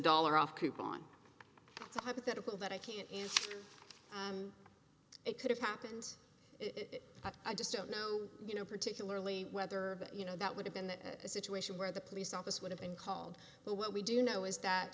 dollar off coupon it's a hypothetical that i can and it could have happened but i just don't know you know particularly whether you know that would have been the situation where the police office would have been called but what we do know is